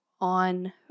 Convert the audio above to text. on